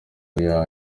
iya